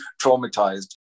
traumatized